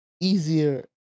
easier